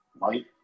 right